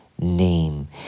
name